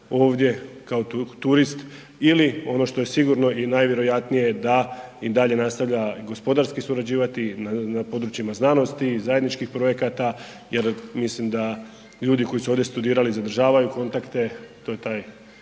ovdje kao turist ili ono što je sigurno i najvjerojatnije da i dalje nastavlja gospodarski surađivati na područjima znanosti i zajedničkih projekata jer mislim da ljudi koji su ovdje studirali zadržavaju kontakte, to je taj